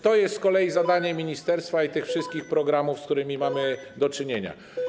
To jest z kolei zadanie ministerstwa i tych wszystkich programów, z którymi mamy do czynienia.